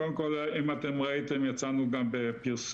קודם כל, אם אתם ראיתם, יצאנו גם בפרסום.